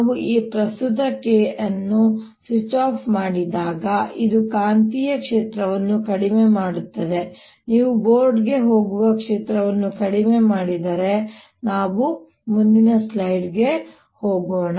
ನಾವು ಈ ಪ್ರಸ್ತುತ K ಅನ್ನು ಸ್ವಿಚ್ ಆಫ್ ಮಾಡಿದಾಗ ಇದು ಕಾಂತೀಯ ಕ್ಷೇತ್ರವನ್ನು ಕಡಿಮೆ ಮಾಡುತ್ತದೆ ನೀವು ಬೋರ್ಡ್ಗೆ ಹೋಗುವ ಕ್ಷೇತ್ರವನ್ನು ಕಡಿಮೆ ಮಾಡಿದರೆ ನಾವು ಮುಂದಿನ ಸ್ಲೈಡ್ಗೆ ಹೋಗೋಣ